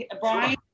Brian